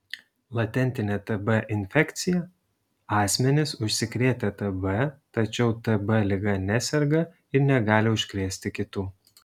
latentinė tb infekcija asmenys užsikrėtę tb tačiau tb liga neserga ir negali užkrėsti kitų